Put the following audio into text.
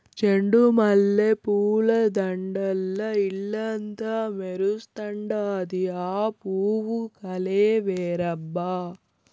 చెండు మల్లె పూల దండల్ల ఇల్లంతా మెరుస్తండాది, ఆ పూవు కలే వేరబ్బా